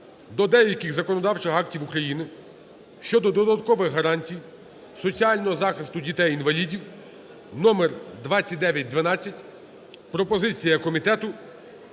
до деяких законодавчих актів України щодо додаткових гарантій соціального захисту дітей-інвалідів (номер 2912). Пропозиція комітету: